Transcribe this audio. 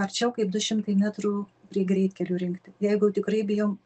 arčiau kaip du šimtai metrų prie greitkelių rinkti jeigu tikrai bijom